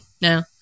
No